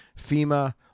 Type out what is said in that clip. FEMA